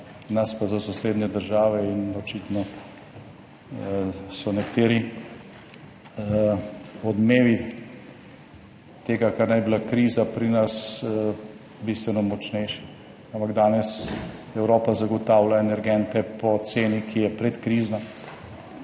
nas, pa za sosednje države in očitno so nekateri odmevi tega kar naj bi bila kriza pri nas, bistveno močnejši, ampak danes Evropa zagotavlja energente po ceni, ki je predkrizna,